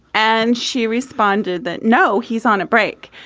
and she responded that, no, he's on a break.